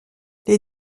les